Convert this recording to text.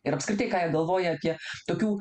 ir apskritai ką jie galvoja apie tokių